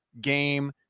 game